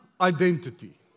identity